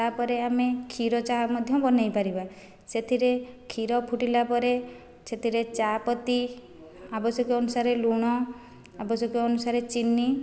ତା'ପରେ ଆମେ କ୍ଷୀର ଚାହା ମଧ୍ୟ ବନାଇପାରିବା ସେଥିରେ କ୍ଷୀର ଫୁଟିଲା ପରେ ସେଥିରେ ଚାହା ପତି ଆବଶ୍ୟକ ଅନୁସାରେ ଲୁଣ ଆବଶ୍ୟକ ଅନୁସାରେ ଚିନି